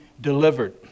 delivered